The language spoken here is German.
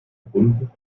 gebunden